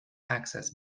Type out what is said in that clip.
access